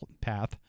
path